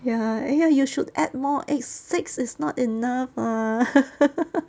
ya !aiya! you should add more eggs six is not enough lah